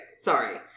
sorry